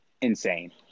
insane